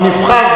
אבל נבחר,